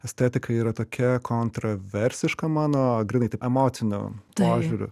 estetika yra tokia kontroversiška mano grynai emociniu požiūriu